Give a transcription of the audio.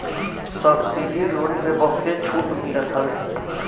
subsidy loan में बहुते छुट मिलत हवे